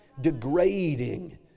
degrading